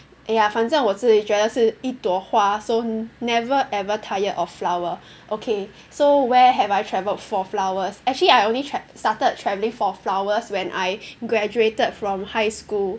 !aiya! 反正我自己觉得是一朵花 so never ever tired of flower okay so where have I traveled for flowers actually I only tra~ started travelling for flowers when I graduated from high school